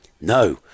No